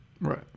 Right